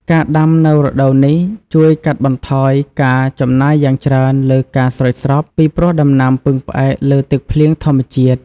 ការដាំនៅរដូវនេះជួយកាត់បន្ថយការចំណាយយ៉ាងច្រើនលើការស្រោចស្រព ពីព្រោះដំណាំពឹងផ្អែកលើ ទឹកភ្លៀងធម្មជាតិ។